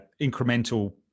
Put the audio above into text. incremental